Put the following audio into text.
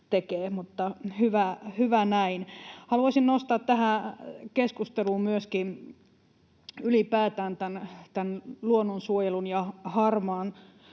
tekee. Mutta hyvä näin. Haluaisin nostaa tähän keskusteluun myöskin ylipäätään tämän luonnonsuojelun ja harmaan